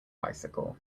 bicycle